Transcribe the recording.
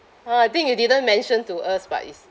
ah I think you didn't mention to us but is